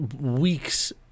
weeks